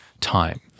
time